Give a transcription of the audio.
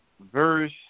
verse